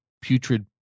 putrid